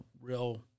real